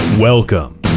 Welcome